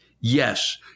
Yes